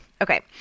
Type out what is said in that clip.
Okay